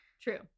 true